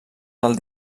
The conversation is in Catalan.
del